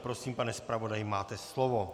Prosím, pane zpravodaji, máte slovo.